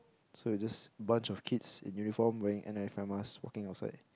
so we were just a bunch of kids in uniform wearing N ninety five mask walking outside